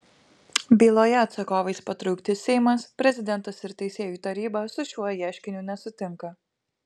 byloje atsakovais patraukti seimas prezidentas ir teisėjų taryba su šiuo ieškiniu nesutinka